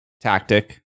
tactic